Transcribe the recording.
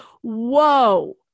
Whoa